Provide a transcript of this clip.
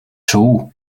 шүү